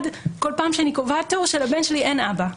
כל פעם כשאני קובע תור שלבן שלי אין אבא.